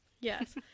Yes